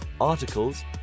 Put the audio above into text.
articles